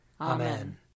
Amen